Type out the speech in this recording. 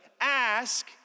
ask